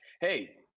hey